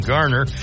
Garner